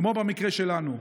כמו במקרה שלנו.